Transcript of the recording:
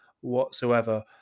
whatsoever